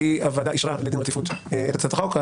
אני קובע כי הוועדה אישרה לדין רציפות את הצעת החוק,